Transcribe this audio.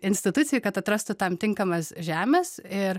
institucijų kad atrastų tam tinkamas žemes ir